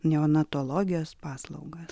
neonatologijos paslaugas